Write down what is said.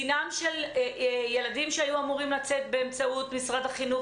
דינם של ילדים שהיו אמורים לצאת באמצעות משרד החינוך